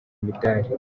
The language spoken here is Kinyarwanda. imidari